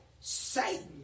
Satan